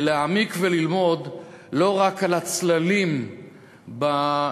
להעמיק וללמוד לא רק על הצללים ביחסים